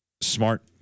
Smart